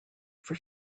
for